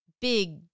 big